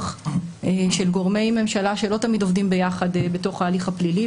של גורמי ממשלה שלא תמיד עובדים ביחד בתוך ההליך הפלילי,